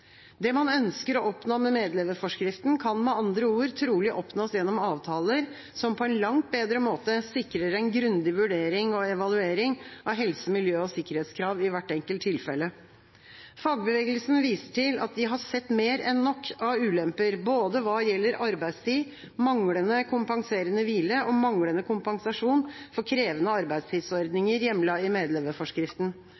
Det man ønsker å oppnå med medleverforskriften, kan med andre ord trolig oppnås gjennom avtaler som på en langt bedre måte sikrer en grundig vurdering og evaluering av helse-, miljø- og sikkerhetskrav i hvert enkelt tilfelle. Fagbevegelsen viser til at de har sett mer enn nok av ulemper både hva gjelder arbeidstid, manglende kompenserende hvile og manglende kompensasjon for krevende